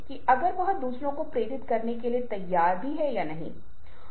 अब ये जैविक रूप से संचालित होने के बजाय सांस्कृतिक रूप से निर्धारित हैं